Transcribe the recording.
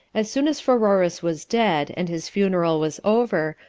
as soon as pheroras was dead, and his funeral was over,